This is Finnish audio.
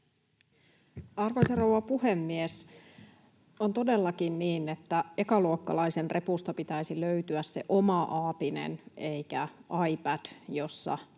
Arvoisa rouva puhemies! On todellakin niin, että ekaluokkalaisen repusta pitäisi löytyä se oma aapinen eikä iPad, jossa